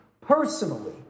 personally